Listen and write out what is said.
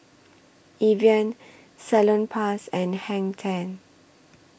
Evian Salonpas and Hang ten